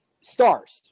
stars